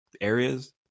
areas